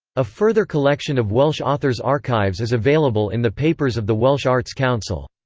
a further collection of welsh authors archives is available in the papers of the welsh arts council.